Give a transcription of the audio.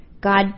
God